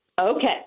Okay